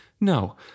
No